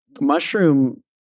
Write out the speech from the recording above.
mushroom